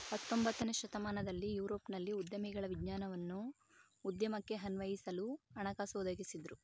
ಹತೊಂಬತ್ತನೇ ಶತಮಾನದಲ್ಲಿ ಯುರೋಪ್ನಲ್ಲಿ ಉದ್ಯಮಿಗಳ ವಿಜ್ಞಾನವನ್ನ ಉದ್ಯಮಕ್ಕೆ ಅನ್ವಯಿಸಲು ಹಣಕಾಸು ಒದಗಿಸಿದ್ದ್ರು